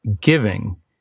giving